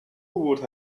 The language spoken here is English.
would